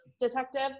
detective